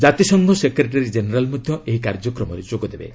ଜାତିସଂଘ secretary general ମଧ୍ୟ ଏହି କାର୍ଯ୍ୟକ୍ରମରେ ଯୋଗ ଦେବେ